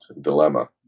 dilemma